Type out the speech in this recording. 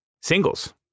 singles